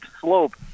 slope